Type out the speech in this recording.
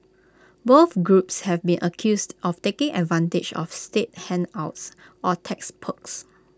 both groups have been accused of taking advantage of state handouts or tax perks